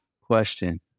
question